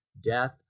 death